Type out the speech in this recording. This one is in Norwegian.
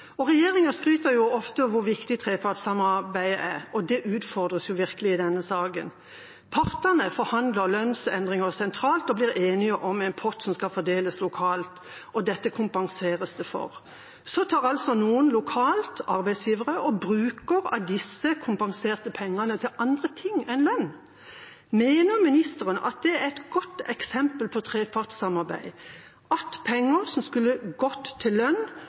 fram. Regjeringa skryter ofte av hvor viktig trepartssamarbeidet er, og det utfordres virkelig i denne saken. Partene forhandler om lønnsendringer sentralt og blir enige om en pott som skal fordeles lokalt. Dette kompenseres det for. Så bruker altså noen lokalt, arbeidsgivere, disse kompenserte pengene til andre ting enn lønn. Mener ministeren at det er et godt eksempel på trepartssamarbeid at penger som skulle gått til lønn,